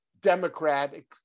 democratic